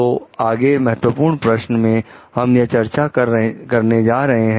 तो अगले महत्वपूर्ण प्रश्न में हम क्या चर्चा करने जा रहे हैं